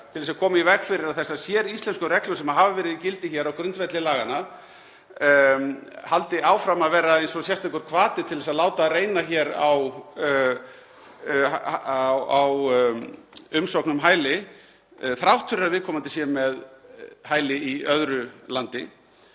til þess að koma í veg fyrir að þessar séríslensku reglur sem hafa verið í gildi hér á grundvelli laganna haldi áfram að vera eins og sérstakur hvati til að láta reyna hér á umsókn um hæli þrátt fyrir að viðkomandi sé með hæli í öðru landi